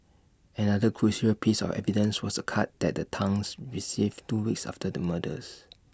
another crucial piece of evidence was A card that the Tans received two weeks after the murders